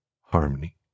harmony